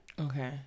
Okay